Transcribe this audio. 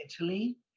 Italy